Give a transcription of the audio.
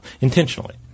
intentionally